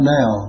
now